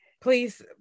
Please